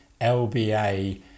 lba